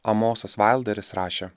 amosas vailderis rašė